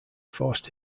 forced